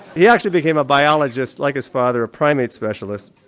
he actually became a biologist like his father, a primate specialist.